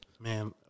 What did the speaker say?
Man